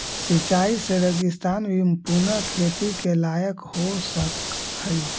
सिंचाई से रेगिस्तान भी पुनः खेती के लायक हो सकऽ हइ